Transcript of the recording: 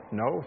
no